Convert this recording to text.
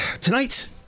tonight